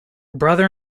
brother